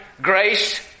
Grace